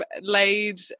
laid